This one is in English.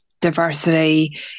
diversity